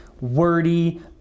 wordy